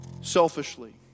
selfishly